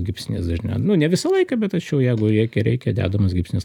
gipsinis dažniau nu ne visą laiką bet tačiau jeigu reikia reikia dedamas gipsinis